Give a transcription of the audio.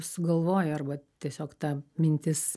sugalvojo arba tiesiog ta mintis